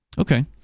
Okay